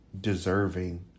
deserving